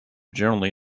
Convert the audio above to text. generally